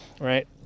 Right